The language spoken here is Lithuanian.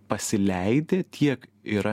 pasileidę tiek yra